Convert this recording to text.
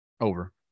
Over